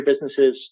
businesses